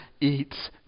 eats